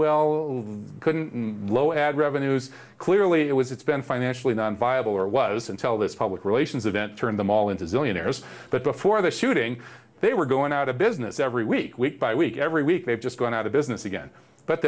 well couldn't low ad revenues clearly it was it's been financially non viable or was until this public relations event turned them all into zillionaires but before the shooting they were going out of business every week week by week every week they've just gone out of business again but